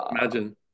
Imagine